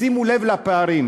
שימו לב לפערים: